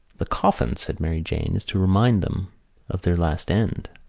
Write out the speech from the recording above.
the coffin, said mary jane, is to remind them of their last end.